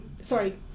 sorry